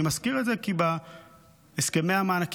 אני מזכיר את זה כי בהסכמי המענקים